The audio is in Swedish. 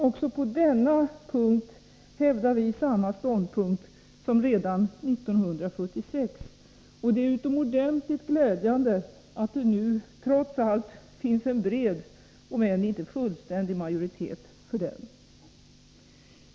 Också på denna punkt hävdar vi samma ståndpunkt som redan 1976, och det är utomordentligt glädjande att det nu trots allt finns en bred om än inte fullständig majoritet för den.